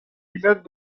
pilotes